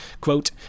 quote